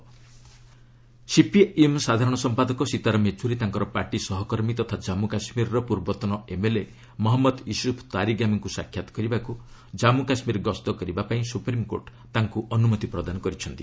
SC Yechury CPIM ସାଧାରଣ ସମ୍ପାଦକ ସୀତାରାମ ୟେଚୁରୀ ତାଙ୍କର ପାର୍ଟି ସହକର୍ମୀ ତଥା ଜାନ୍ମୁ କାଶ୍ମୀରର ପୂର୍ବତନ ଏମ୍ଏଲ୍ଏ ମହମ୍ମଦ ୟୁସୁଫ ତାରିଗାମିଙ୍କୁ ସାକ୍ଷାତ୍ କରିବାକୁ ଜାମ୍ମୁ କାଶ୍କୀର ଗସ୍ତ କରିବା ପାଇଁ ସୁପ୍ରିମକୋର୍ଟ ଅନୁମତି ପ୍ରଦାନ କରିଛନ୍ତି